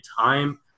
time